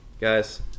guys